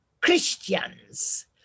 Christians